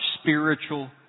spiritual